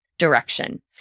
direction